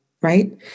right